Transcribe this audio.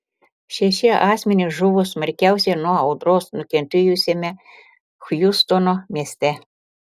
šeši asmenys žuvo smarkiausiai nuo audros nukentėjusiame hjustono mieste